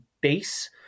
base